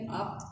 up